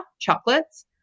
Chocolates